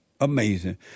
amazing